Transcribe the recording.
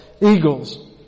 eagles